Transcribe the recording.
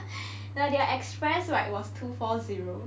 their express right was two four zero